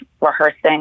rehearsing